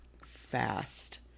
fast